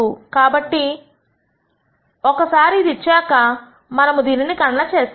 కాబట్టి ఇది ఇచ్చారు ఒకసారి ఇదిచ్చాక మనము దీనిని గణన చేస్తాము